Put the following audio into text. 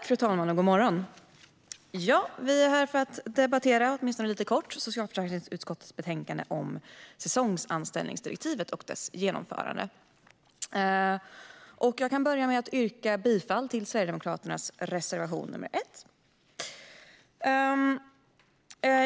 Fru talman! God morgon! Vi är här för att, åtminstone lite kort, debattera socialförsäkringsutskottets betänkande om säsongsanställningsdirektivet och dess genomförande. Jag börjar med att yrka bifall till Sverigedemokraternas reservation nr 1.